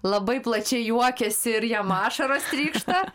labai plačiai juokiasi ir jam ašaros trykšta